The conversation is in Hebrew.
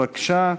בבקשה,